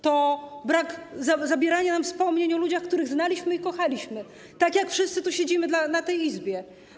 To zabieranie nam wspomnień o ludziach, których znaliśmy i kochaliśmy, tak jak wszyscy tu siedzimy w tej Izbie.